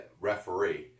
referee